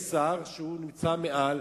יש שר שנמצא מעל,